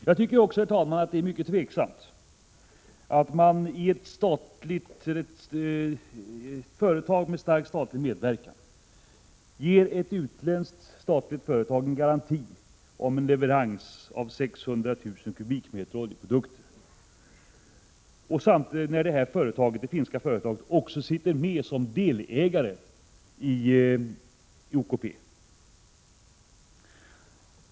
Jag tycker vidare, herr talman, att det är fel att OKP — ett företag med ett starkt statligt inslag — ger ett finskt statligt företag garanti om leveranser av stora mängder oljeprodukter, samtidigt som det finska företaget är delägare i OKP.